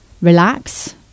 relax